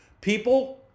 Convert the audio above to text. People